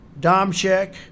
Domchek